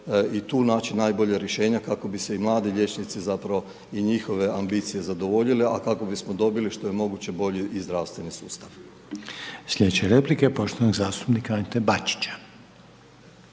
i tu naći najbolja rješenja, kako bi se i mladi liječnici, zapravo, i njihove ambicije zadovoljile, a kako bismo dobili što je moguće bolji i zdravstveni sustav. **Reiner, Željko (HDZ)** Slijedeće replike poštovanog zastupnika Ante Bačića: